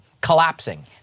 collapsing